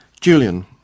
Julian